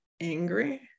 angry